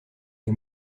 les